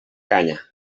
canya